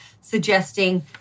suggesting